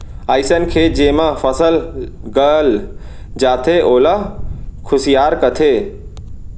अइसन खेत जेमा फसल गल जाथे ओला खुसियार कथें